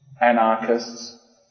Anarchists